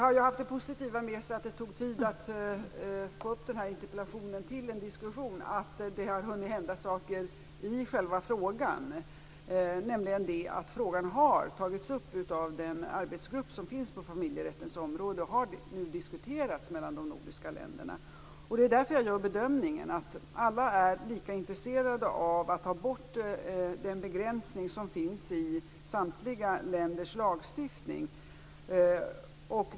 Fru talman! Det tog som sagt tid att få upp interpellationen till en diskussion. Men det har haft det positiva med sig att det har hunnit hända saker i själva frågan, nämligen att den har tagits upp av den arbetsgrupp som finns på familjerättens område. Den har nu diskuterats mellan de nordiska länderna. Därför gör jag bedömningen att alla är lika intresserade av att ta bort den begränsning som finns i samtliga länders lagstiftning.